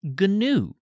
GNU